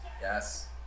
Yes